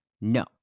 no